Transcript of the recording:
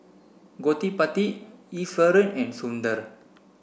Gottipati Iswaran and Sundar